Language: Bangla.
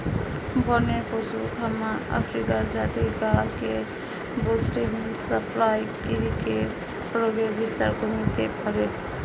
বনের পশুর খামার আফ্রিকার জাতি গা কে বুশ্মিট সাপ্লাই করিকি রোগের বিস্তার কমিতে পারে